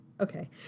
okay